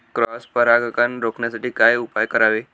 Cross परागकण रोखण्यासाठी काय उपाय करावे?